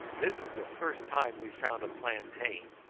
this was the first time we found a plantain,